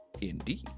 indeed